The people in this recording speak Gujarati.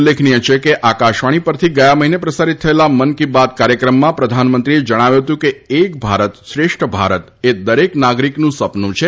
ઉલ્લેખનીય છે કે આકાશવાણી પરથી ગયા મહિને પ્રસારિત થયેલા મન કી બાત કાર્યક્રમમાં પ્રધાનમંત્રીએ જણાવ્યું હતું કે એક ભારત શ્રેષ્ઠ ભારત એ દરેક નાગરિકનું સપનું છે